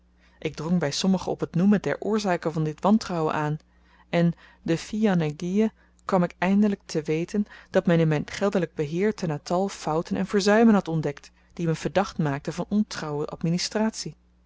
ik drong by sommigen op t noemen der oorzaken van dit wantrouwen aan en de fil en aiguille kwam ik eindelyk te weten dat men in myn geldelyk beheer te natal fouten en verzuimen had ontdekt die me verdacht maakten van ontrouwe